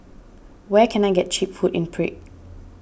where can I get Cheap Food in Prague